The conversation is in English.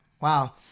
wow